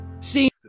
See